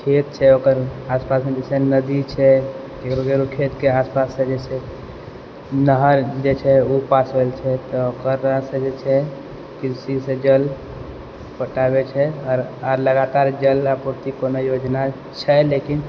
खेत छै ओकर आसपासमे जे छै नदी छै ककरो ककरो खेतके आसपाससँ जे छै नहर जाइ छै ओ पास होइल छै तऽ ओकरासँ जे छै कृषिसँ जल पटाबै छै आओर लगातार जल आपूर्ति कोनो योजना छै लेकिन